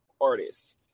artists